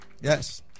Yes